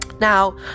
Now